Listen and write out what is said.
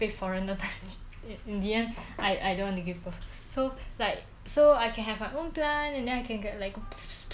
so like so I can have my own plant and then I can get like a sp~ sp~ sp~ sp~ and then grow my own fruit and then have my own basil and chilli